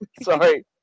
Sorry